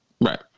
Right